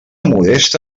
modesta